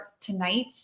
tonight